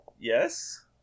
yes